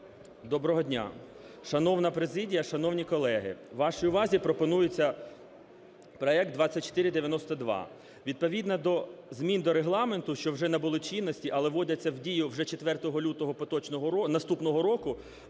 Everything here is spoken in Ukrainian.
Доброго дня, шановна президія, шановні колеги! Вашій увазі пропонується проект 2492. Відповідно до змін до Регламенту, що вже набули чинності, але вводяться в дію вже 4 лютого наступного року,